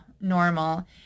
normal